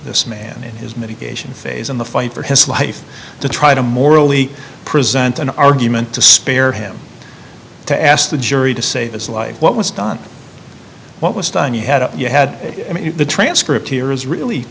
this man in his mitigation phase in the fight for his life to try to morally present an argument to spare him to ask the jury to save his life what was done what was done you had a you had the transcript here is really